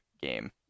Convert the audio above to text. game